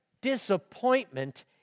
disappointment